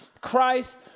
Christ